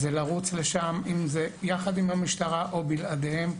לרוץ לשם, עם המשטרה או בלעדיהם.